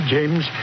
James